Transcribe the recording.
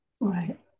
Right